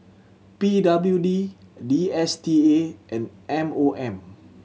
P W D D S T A and M O M